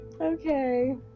okay